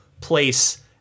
place